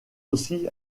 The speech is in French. aussi